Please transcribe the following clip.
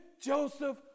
Joseph